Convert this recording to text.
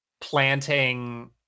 planting